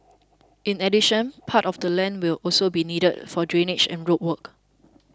in addition part of the land will also be needed for drainage and road work